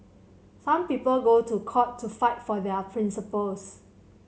some people go to court to fight for their principles